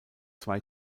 zwei